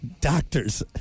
doctors